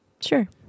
Sure